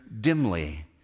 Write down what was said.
dimly